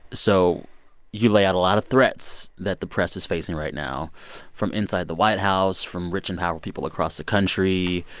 so you lay out a lot of threats that the press is facing right now from inside the white house, from rich and powerful people across the country,